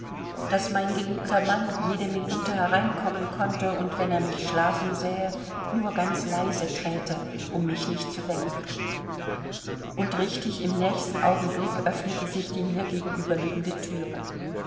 daß mein geliebter mann jede minute hereinkommen konnte und wenn er mich schlafen sähe nur ganz leise träte um mich nicht zu wecken und richtig im nächsten augenblick öffnete sich die mir gegenüberliegende thüre